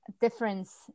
difference